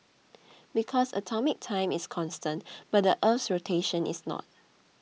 because atomic time is constant but the earth's rotation is not